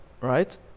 right